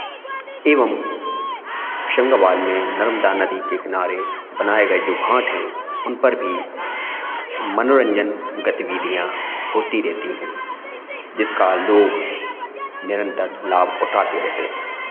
एवं होशंगाबाद में नर्मदा नदी के किनारे बनाए गए जो घाट हैं उन पर भी मनोरंजन गतिविधियाँ होती रहती हैं जिसका लोग निरंतर लाभ उठाते रहते हैं